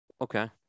Okay